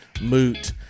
moot